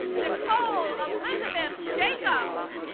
nicole elizabeth jacobs.